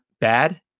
bad